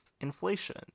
inflation